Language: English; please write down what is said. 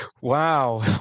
wow